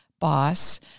boss